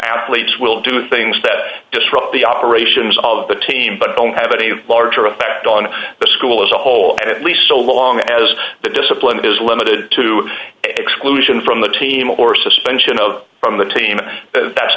athletes will do things that disrupt the operations of the team but don't have any larger effect on the school as a whole at least so long as the discipline is limited to exclusion from the team or suspension of from the team that's